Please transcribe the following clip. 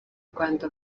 rwanda